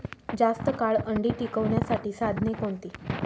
जास्त काळ अंडी टिकवण्यासाठी साधने कोणती?